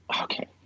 Okay